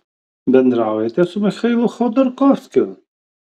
bendraujate su michailu chodorkovskiu